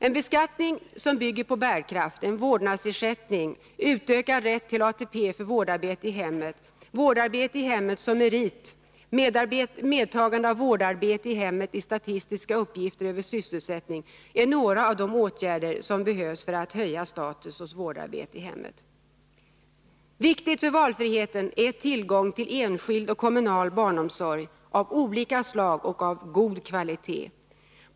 En beskattning som bygger på bärkraft, en vårdnadsersättning, utökad rätt till ATP för vårdarbete i hemmet, vårdarbete i hemmet som merit vid intagning till utbildning och vid anställning samt medtagande av vårdarbete i hemmet i statistiska uppgifter över sysselsättning är några åtgärder som behövs för att höja status hos vårdarbetet i hemmet. Viktig för valfriheten är tillgången till enskild och kommunal barnomsorg av olika slag och av god kvalitet.